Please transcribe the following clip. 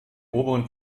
oberen